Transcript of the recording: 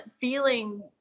feeling